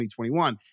2021